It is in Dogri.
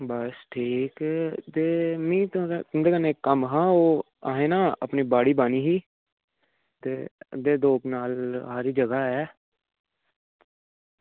बस ठीक ते मिगी तुंदे तुंदे कन्नै इक्क कम्म हा ओह् असें ना अपनी बाड़ी बाह्नी ही ते अग्गें दो कनाल हारी जगह ऐ